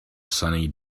sunny